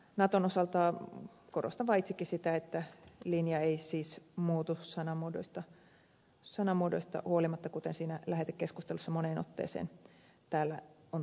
naton osalta korostan vaan itsekin sitä että linja ei siis muutu sanamuodoista huolimatta kuten lähetekeskustelussa moneen otteeseen täällä on todettu